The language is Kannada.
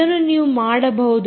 ಅದನ್ನು ನೀವು ಮಾಡಬಹುದು